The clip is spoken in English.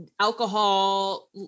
alcohol